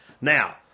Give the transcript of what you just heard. Now